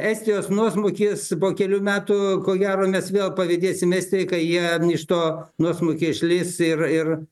estijos nuosmukis po kelių metų ko gero mes vėl pavydėsim estijai kai jie iš to nuosmukio išlįs ir ir